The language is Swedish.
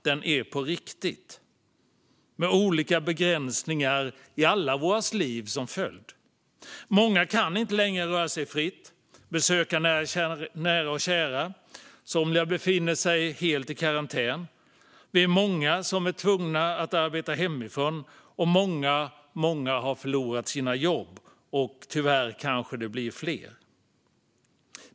Den är på riktigt, med olika begränsningar i allas våra liv som följd. Många kan inte längre röra sig fritt och besöka nära och kära. Somliga befinner sig helt i karantän. Vi är många som är tvungna att arbeta hemifrån. Många har förlorat sina jobb, och tyvärr blir det kanske fler.